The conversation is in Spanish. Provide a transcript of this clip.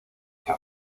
que